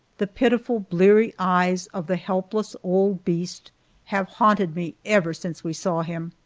the pitiful bleary eyes of the helpless old beast have haunted me ever since we saw him.